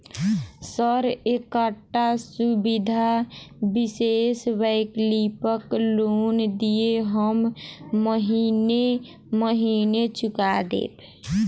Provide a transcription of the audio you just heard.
Sir एकटा सुविधा विशेष वैकल्पिक लोन दिऽ हम महीने महीने चुका देब?